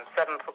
Seven